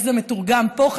איך זה מתורגם פה,